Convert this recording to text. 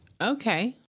Okay